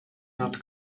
not